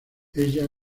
ella